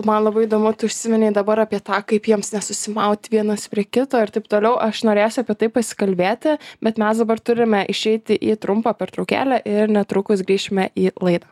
man labai įdomu tu užsiminei dabar apie tą kaip jiems nesusimaut vienas prie kito ir taip toliau aš norėsiu apie tai pasikalbėti bet mes dabar turime išeiti į trumpą pertraukėlę ir netrukus grįšime į laidą